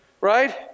right